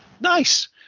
nice